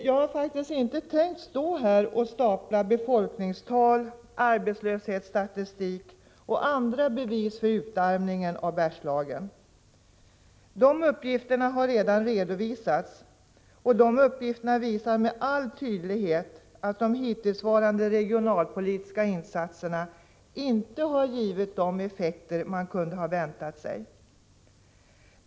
Jag har inte tänkt att stå här och stapla befolkningstal, arbetslöshetsstatistik och andra bevis för utarmningen av Bergslagen. De uppgifterna har redan redovisats, och de visar med all tydlighet att de hittillsvarande regionalpolitiska insatserna inte har givit de effekter som man kunde ha väntat sig.